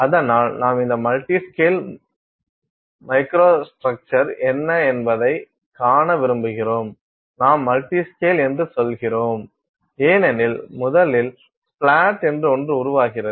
அதனால் நாம் இந்த மல்டி ஸ்கேல் மணி மைக்ரோஸ்ட்ரக்சர் என்ன என்பதைக் காண விரும்புகிறோம் நாம் மல்டி ஸ்கேல் என்று சொல்கிறோம் ஏனெனில் முதலில் ஸ்ப்ளாட் என்று ஒன்று உருவாகிறது